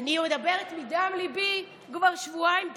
אני מדברת מדם ליבי כבר שבועיים פה.